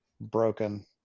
broken